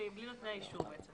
בלי נותני האישור.